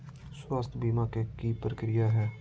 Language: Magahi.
स्वास्थ बीमा के की प्रक्रिया है?